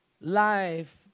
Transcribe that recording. life